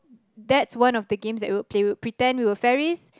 that's one of the games that we will play we will pretend that we were fairies